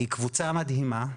הקבוצה היא מדהימה,